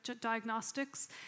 diagnostics